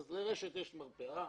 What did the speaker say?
אז לרש"ת יש מרפאה,